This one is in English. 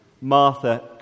Martha